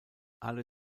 alle